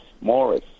Morris